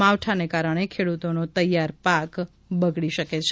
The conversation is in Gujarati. માવઠાને કારણે ખેડૂતોનો તૈયાર પાક બગડી શકે છે